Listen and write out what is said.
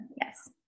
Yes